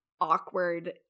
awkward